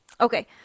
Okay